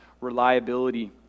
reliability